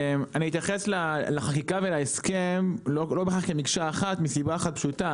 אני אתייחס לחקיקה ולהסכם לא בהכרח כמקשה אחת מסיבה אחת פשוטה,